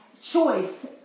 choice